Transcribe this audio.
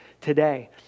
today